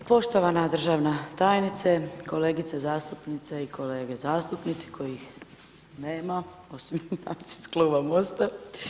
Poštovana državna tajnice, kolegice zastupnice i kolege zastupnici kojih nema, osim nas iz Kluba MOST-a.